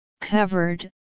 covered